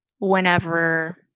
whenever